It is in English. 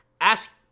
Ask